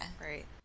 Right